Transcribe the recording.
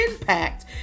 impact